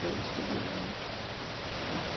Jayashree Ram